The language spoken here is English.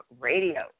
Radio